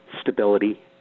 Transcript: stability